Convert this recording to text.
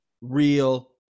Real